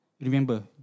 remember